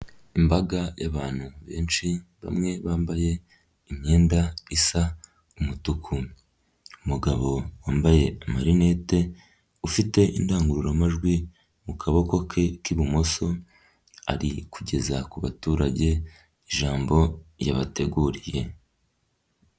Imbaga y'abantu benshi bamwe bambaye imyenda isa umutuku, umugabo wambaye amarinete ufite indangururamajwi mu kaboko ke k'ibumoso ari kugeza ku baturage ijambo yabateguriye.